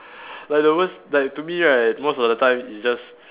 like the worst like to me right most of the time it's just